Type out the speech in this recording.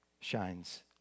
shines